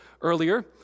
earlier